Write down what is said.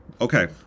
Okay